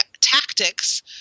tactics